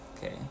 Okay